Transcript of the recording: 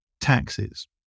taxes